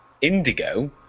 Indigo